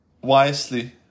wisely